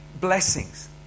blessings